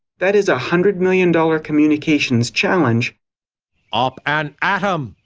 that is a hundred-million dollar communications challenge up and atom!